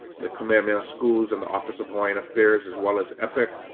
the kamehameha schools, and the office of hawaiian affairs, as well as epic,